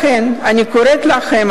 לכן אני קוראת לכם,